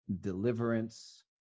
deliverance